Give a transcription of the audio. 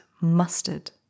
mustard